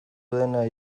dena